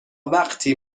وقتی